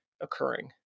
occurring